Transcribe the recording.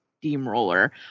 steamroller